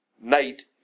night